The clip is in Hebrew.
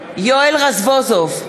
רזבוזוב,